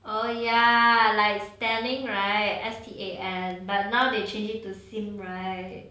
oh ya like stanning right S T A N but now they change it to simp right